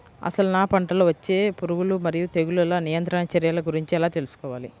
అసలు నా పంటలో వచ్చే పురుగులు మరియు తెగులుల నియంత్రణ చర్యల గురించి ఎలా తెలుసుకోవాలి?